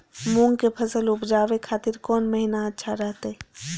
मूंग के फसल उवजावे खातिर कौन महीना अच्छा रहतय?